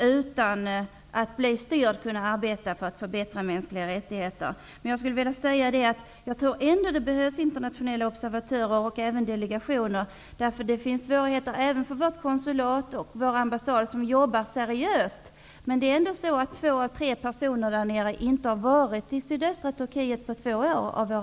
utan att bli styrd kan arbeta för att förbättra mänskliga rättigheter. Jag tror ändå att det behövs internationella observatörer och delegationer. Det finns svårigheter även för vårt konsulat och vår ambassad. De jobbar seriöst, men två av tre av våra anställda där nere har inte varit i sydöstra Turkiet på två år.